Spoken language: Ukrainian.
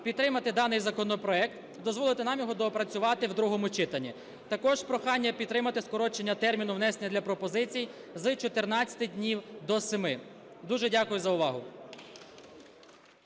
підтримати даний законопроект, дозволити нам його доопрацювати в другому читанні. Також прохання підтримати скорочення терміну внесення для пропозицій з 14 днів до 7. Дуже дякую за увагу.